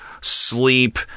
sleep